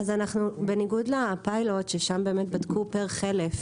בניגוד לפיילוט ששם באמת בדקו פר חלף,